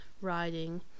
riding